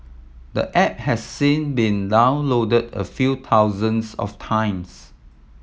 the app has sin been downloaded a few thousands of times